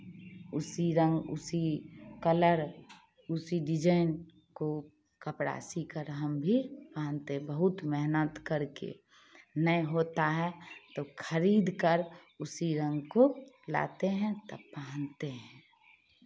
उसी रंग उसी कलर उसी डिज़ाइन को कपड़ा सिल कर हम भी पहनते बहुत मेहनत करके नहीं होता है तो खरीद कर उसी रंग को लाते हैं तब पहनते हैं